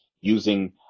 using